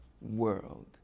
world